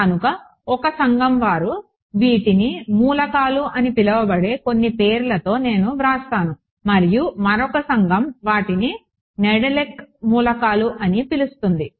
కనుక ఒక సంఘం వారు విట్నీ మూలకాలు అని పిలవబడే కొన్ని పేర్లను నేను వ్రాస్తాను మరియు మరొక సంఘం వాటిని నెడెలెక్ మూలకాలు అని పిలుస్తుంది